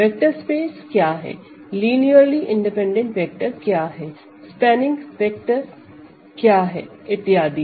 vector spaces क्या है linearly independent vector क्या है स्पैनिंग वेक्टर क्या है इत्यादि